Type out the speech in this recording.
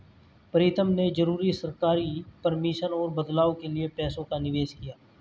प्रीतम ने जरूरी सरकारी परमिशन और बदलाव के लिए पैसों का निवेश किया